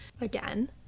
Again